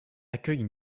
accueille